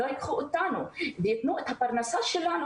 לא ייקחו אותנו אלא ייתנו את הפרנסה שלנו